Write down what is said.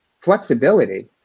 flexibility